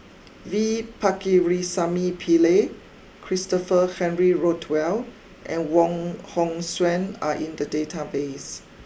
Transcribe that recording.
V Pakirisamy Pillai Christopher Henry Rothwell and Wong Hong Suen are in the database